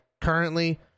currently